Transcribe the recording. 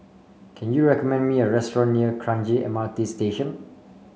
can you recommend me a restaurant near Kranji M R T Station